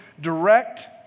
direct